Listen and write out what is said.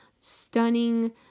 stunning